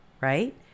right